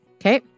Okay